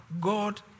God